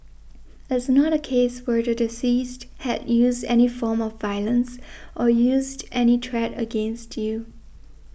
it's not a case where the deceased had used any form of violence or used any threat against you